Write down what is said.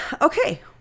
okay